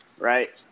Right